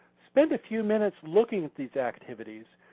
spend a few minutes looking at these activities,